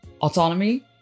autonomy